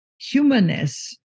humanness